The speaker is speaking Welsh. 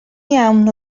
iawn